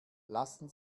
lassen